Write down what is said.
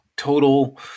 total